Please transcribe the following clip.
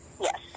Yes